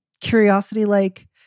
curiosity-like